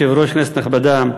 כבוד היושב-ראש, כנסת נכבדה,